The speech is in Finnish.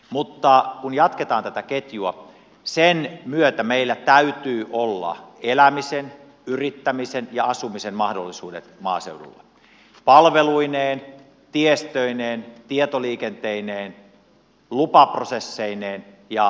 mutta kun jatketaan tätä ketjua sen myötä meillä täytyy olla elämisen yrittämisen ja asumisen mahdollisuudet maaseudulla palveluineen tiestöineen tietoliikenteineen lupaprosesseineen ja niin edelleen